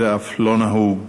זה לא נהוג,